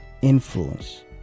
influence